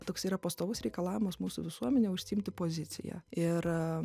toks yra pastovus reikalavimas mūsų visuomenėj užsiimti poziciją ir